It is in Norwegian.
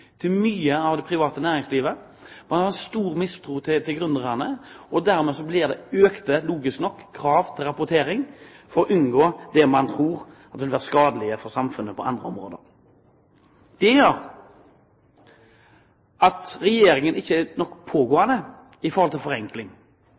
til mye av det private næringslivet, og man har stor mistro til gründerne. Dermed blir det – logisk nok – økte krav til rapportering for å unngå det man tror vil være skadelig for samfunnet på andre områder. Det gjør at Regjeringen ikke er pågående nok